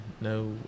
no